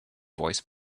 voice